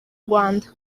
rwanda